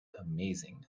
amazing